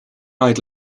eyed